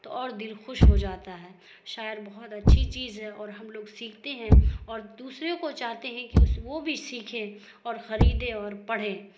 تو اور دل خوش ہو جاتا ہے شاعر بہت اچھی چیز ہے اور ہم لوگ سیکھتے ہیں اور دوسرے کو چاہتے ہیں کہ وہ بھی سیکھے اور خریدے اور پڑھے